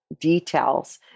details